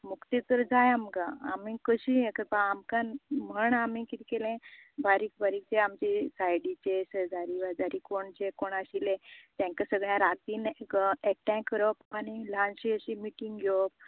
मुक्ती तर जाय आमकां आमी कशे हे करपा आमकां म्हण आमी किते केले बारीक बारीक ते आमचे सायडीचे शेजारी वाजारी जे कोण आशिल्ले तेंका सगळ्यांक रातीन एकठांय करप आनी ल्हानशी अशी मिटींग घेवप